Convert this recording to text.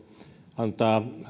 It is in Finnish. antavat